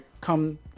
come